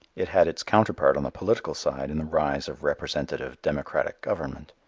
it had its counterpart on the political side in the rise of representative democratic government.